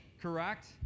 Correct